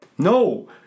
No